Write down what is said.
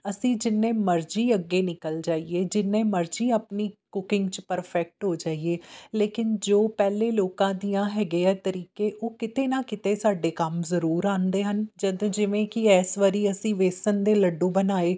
ਅਸੀਂ ਜਿੰਨੇ ਮਰਜ਼ੀ ਅੱਗੇ ਨਿਕਲ ਜਾਈਏ ਜਿੰਨੇ ਮਰਜ਼ੀ ਆਪਣੀ ਕੁਕਿੰਗ 'ਚ ਪਰਫੈਕਟ ਹੋ ਜਾਈਏ ਲੇਕਿਨ ਜੋ ਪਹਿਲੇ ਲੋਕਾਂ ਦੀਆਂ ਹੈਗੇ ਆ ਤਰੀਕੇ ਉਹ ਕਿਤੇ ਨਾ ਕਿਤੇ ਸਾਡੇ ਕੰਮ ਜ਼ਰੂਰ ਆਉਂਦੇ ਹਨ ਜਦੋਂ ਜਿਵੇਂ ਕਿ ਇਸ ਵਾਰੀ ਅਸੀਂ ਬੇਸਣ ਦੇ ਲੱਡੂ ਬਣਾਏ